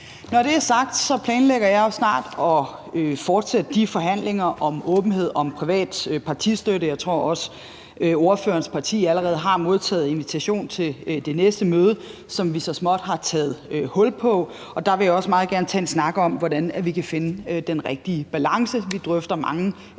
Når det er sagt, planlægger jeg jo snart at fortsætte de forhandlinger om åbenhed om privat partistøtte – jeg tror også, ordførerens parti allerede har modtaget invitation til det næste møde – som vi så småt har taget hul på, og der vil jeg også meget gerne tage en snak om, hvordan vi kan finde den rigtige balance. Vi drøfter mange forskellige